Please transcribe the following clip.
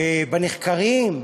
בנחקרים,